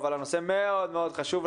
הנושא מאוד מאוד חשוב,